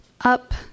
Up